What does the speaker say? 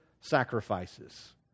sacrifices